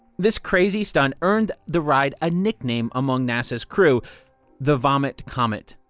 this crazy stunt earned the ride a nickname among nasa's crew the vomit comet.